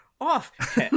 off